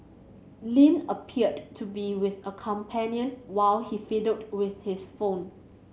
Lin appeared to be with a companion while he fiddled with his phone